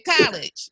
college